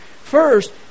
First